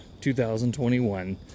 2021